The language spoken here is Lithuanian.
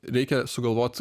reikia sugalvot